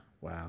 wow